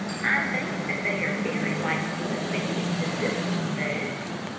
i think that they are very like human beings in this respect.